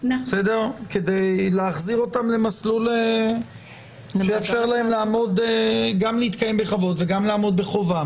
כי להחזיר אותם למסלול שיאפשר להם גם להתקיים בכבוד וגם לעמוד בחובם.